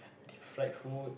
deep fried food